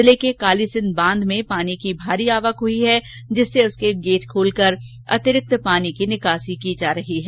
जिले के कालीसिंघ बांध में पानी की भारी आवक हुई है जिससे उसके गेट खोलकर अतिरिक्त पानी की निकासी की जा रही है